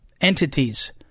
entities